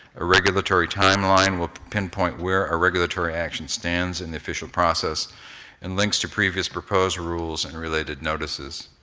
a regulatory timeline will pinpoint where a regulatory action stands in the official process and links to previous proposed rules and related notices.